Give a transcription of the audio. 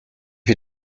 you